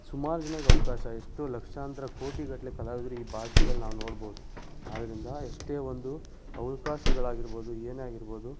ಸುಮಾರು ಜನಕ್ ಅವಕಾಶ ಎಷ್ಟು ಲಕ್ಷಾಂತರ ಕೋಟಿಗಟ್ಟಲೆ ಕಲಾವಿದ್ರು ಈ ಭಾರ್ತದಲ್ಲಿ ನಾವು ನೋಡ್ಬೋದು ಆದ್ದರಿಂದ ಎಷ್ಟೇ ಒಂದು ಅವಕಾಶಗಳಾಗಿರ್ಬೋದು ಏನೇ ಆಗಿರ್ಬೋದು